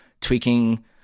tweaking